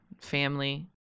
family